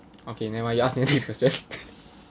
okay never mind you ask the next question